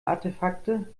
artefakte